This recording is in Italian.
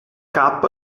cup